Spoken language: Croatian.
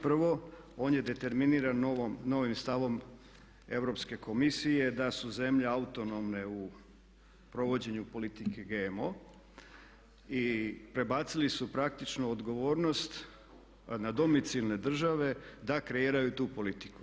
Prvo, on je determiniran novim stavom Europske komisije da su zemlje autonomne u provođenju politike GMO i prebacili su praktično odgovornost na domicilne države da kreiraju tu politiku.